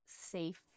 safe